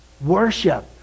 Worship